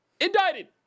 Indicted